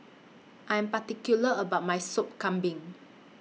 I'm particular about My Sop Kambing